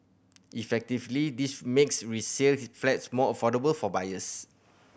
effectively this makes resale his flats more affordable for buyers